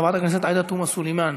חברת הכנסת עאידה תומא סלימאן,